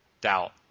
doubt